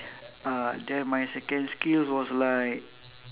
uh then my second skill was like